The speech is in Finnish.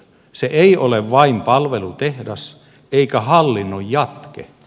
se ei ole vain palvelutehdas eikä hallinnon jatke